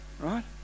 right